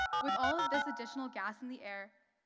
with all of this additional gas in the air,